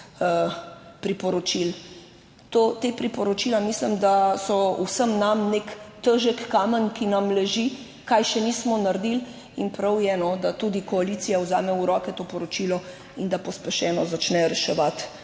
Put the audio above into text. priporočil. Ta priporočila mislim, da so vsem nam nek težek kamen, ki nam leži, česa še nismo naredili, in prav je, da tudi koalicija vzame v roke to poročilo in da pospešeno začne reševati